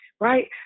right